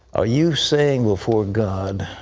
are you saying before god,